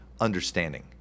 understanding